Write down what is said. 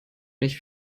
nicht